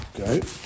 Okay